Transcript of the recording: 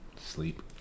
sleep